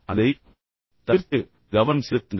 அதைத் தவிர்க்கவும் கவனம் செலுத்துங்கள்